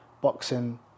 boxing